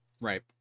right